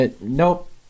Nope